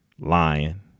lying